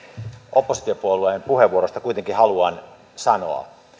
oppositiopuolueen puheenvuoroista kuitenkin haluan sanoa